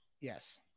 Yes